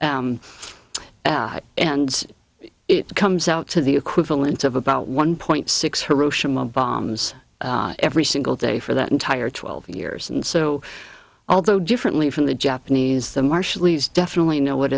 and it comes out to the equivalent of about one point six hiroshima bombs every single day for that entire twelve years and so although differently from the japanese the marshallese definitely know what